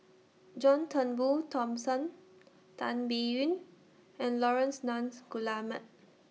John Turnbull Thomson Tan Biyun and Laurence Nunns Guillemard